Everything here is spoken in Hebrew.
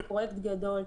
זה פרויקט גדול,